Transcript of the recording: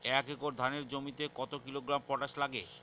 এক একর ধানের জমিতে কত কিলোগ্রাম পটাশ লাগে?